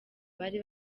bari